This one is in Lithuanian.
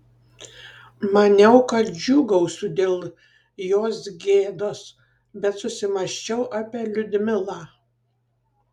maniau kad džiūgausiu dėl jos gėdos bet susimąsčiau apie liudmilą